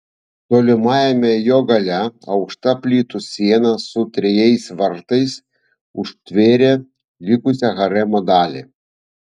tolimajame jo gale aukšta plytų siena su trejais vartais užtvėrė likusią haremo dalį